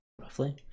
roughly